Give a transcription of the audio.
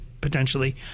potentially